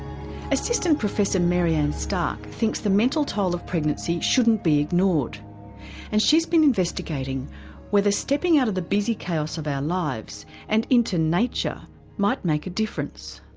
assistant professor mary ann stark thinks the mental toll of pregnancy shouldn't be ignored and she's been investigating whether stepping out of the busy chaos of our lives and into nature might make a difference.